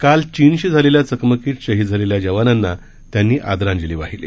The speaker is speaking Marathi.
काल चीनशी झालेल्या चकमकीत शहीद झालेल्या जवानांना त्यांनी आदरांजली वाहिली